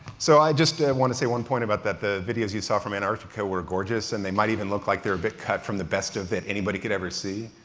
so i just want to say, one point about the videos you saw from antarctica were gorgeous and they might even look like they're a bit cut from the best of that anybody could ever see.